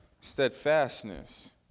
steadfastness